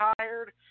tired